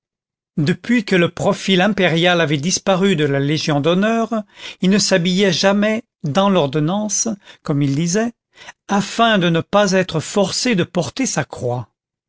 depuis que le profil impérial avait disparu de la légion d'honneur il ne s'habillait jamais dans l'ordonnance comme il disait afin de ne pas être forcé de porter sa croix